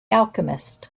alchemist